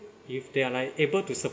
if they are like able to